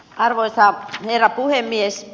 arvoisa herra puhemies